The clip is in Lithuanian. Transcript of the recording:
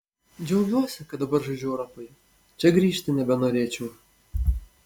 džiaugiuosi kad dabar žaidžiu europoje čia grįžti nebenorėčiau